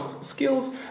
skills